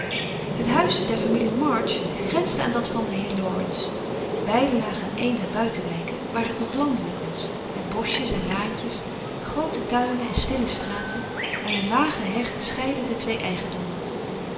het huis der familie march grensde aan dat van den heer laurence beide lagen in een der buitenwijken waar het nog landelijk was met boschjes en laantjes groote tuinen en stille straten en een lage heg scheidde de twee eigendommen